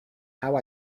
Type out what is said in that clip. how